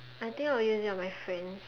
I think I will use it on my friend